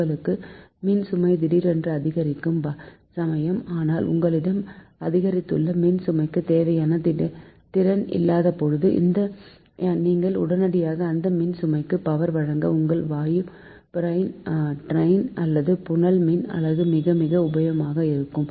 உங்கள் மின்சுமை திடீரென்று அதிகரிக்கும் சமயம் ஆனால் உங்களிடம் அதிகரித்துள்ள மின்சுமைக்கு தேவையான திறன் இல்லாதபோது நீங்கள் உடனடியாக அந்த மின்சுமைக்கு பவர் வழங்க உங்கள் வாயு டர்பைன் அல்லது புனல் மின் அலகு மிக மிக உபயோகமாக இருக்கும்